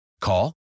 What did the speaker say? Call